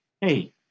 hey